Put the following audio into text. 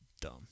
dumb